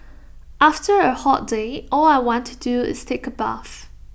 after A hot day all I want to do is take A bath